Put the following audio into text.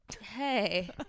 hey